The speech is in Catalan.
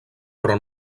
però